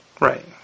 Right